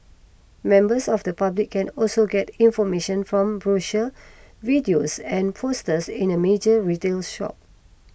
members of the public can also get information from brochures videos and posters in a major retails shops